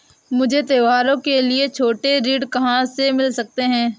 मुझे त्योहारों के लिए छोटे ऋण कहाँ से मिल सकते हैं?